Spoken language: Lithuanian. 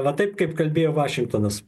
va taip kaip kalbėjo vašingtonas